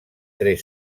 tres